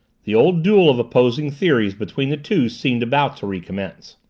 the old duel of opposing theories between the two seemed about to recommence.